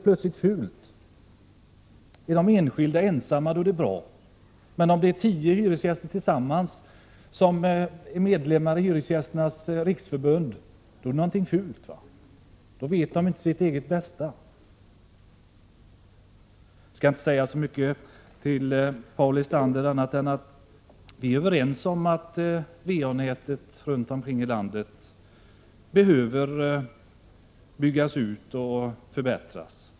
Är de enskilda ensamma, så är det bra, men om tio hyresgäster tillsammans är medlemmar i Hyresgästernas riksförbund, då är det någonting fult, då vet de inte sitt eget bästa. Jag skall inte säga så mycket till Paul Lestander annat än att vi är överens om att VA-näten runt omkring i landet behöver byggas ut och förbättras.